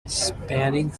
spanning